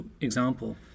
example